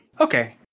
Okay